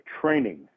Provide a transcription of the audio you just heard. training